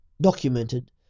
documented